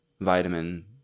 Vitamin